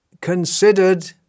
considered